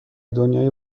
دنیای